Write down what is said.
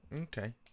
Okay